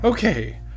okay